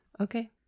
Okay